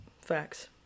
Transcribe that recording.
Facts